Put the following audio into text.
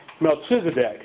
Melchizedek